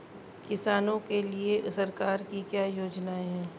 किसानों के लिए सरकार की क्या योजनाएं हैं?